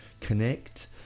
connect